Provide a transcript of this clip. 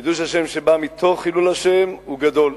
קידוש השם שבא מתוך חילול השם הוא גדול.